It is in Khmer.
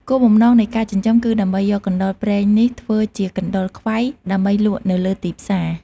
គោលបំណងនៃការចិញ្ចឹមគឺដើម្បីយកកណ្តុរព្រែងនេះធ្វើជាកណ្ដុរខ្វៃ ដើម្បីលក់នៅលើទីផ្សារ។